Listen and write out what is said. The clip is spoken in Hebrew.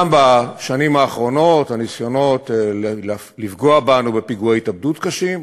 גם בשנים האחרונות הניסיונות לפגוע בנו בפיגועי התאבדות קשים,